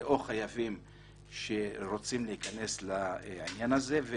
או חייבים שרוצים להיכנס לעניין הזה,